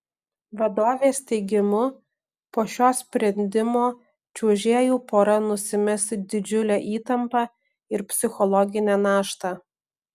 vadovės teigimu po šio sprendimo čiuožėjų pora nusimes didžiulę įtampą ir psichologinę naštą